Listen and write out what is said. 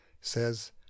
says